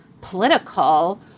political